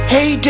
Hey